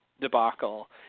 debacle